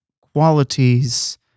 qualities